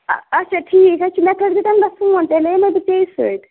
آ اچھا ٹھیٖک حظ چھُ مےٚ تھٔزٕ تَمہِ دۄہ فون تیٚلہِ ہَاے یِمَے بہٕ ژَےٚ سۭتۍ